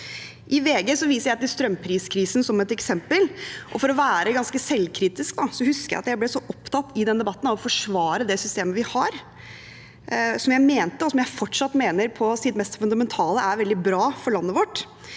I VG viser jeg til strømpriskrisen som et eksempel, og for å være ganske selvkritisk husker jeg at jeg ble så opptatt i den debatten av å forsvare det systemet vi har, som jeg mente – og som jeg fortsatt mener – på sitt mest fundamentale er veldig bra for landet vårt.